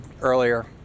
earlier